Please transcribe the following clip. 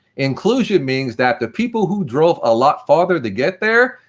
inclusion means that the people who drove a lot further to get there,